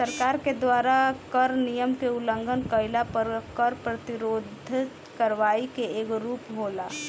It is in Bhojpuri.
सरकार के द्वारा कर नियम के उलंघन कईला पर कर प्रतिरोध करवाई के एगो रूप होला